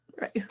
right